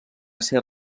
ser